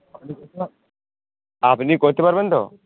আপনি করতে পারবেন তো